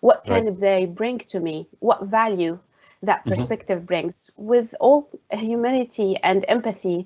what kind of they bring to me? what value that perspective brings with all ah humanity and empathy